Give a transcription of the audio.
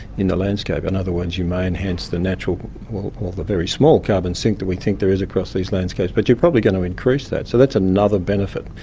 in the landscape. in other words, you may enhance the natural or the very small carbon sink that we think there is across these landscapes, but you're probably going to increase that, so that's another benefit.